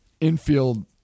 infield